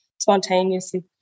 Spontaneously